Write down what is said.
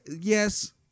yes